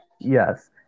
yes